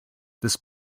this